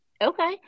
Okay